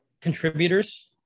contributors